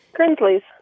Grinsley's